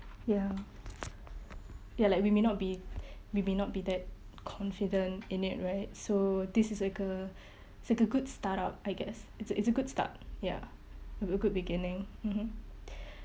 ya ya like we may not be we may not be that confident in it right so this is like a it's like a good start out I guess it's a it's a good start ya with a good beginning mmhmm